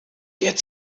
get